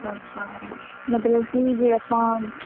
ਅੱਛਾ ਮਤਲਬ ਕਿ ਜੇ ਆਪਾਂ